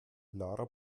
lara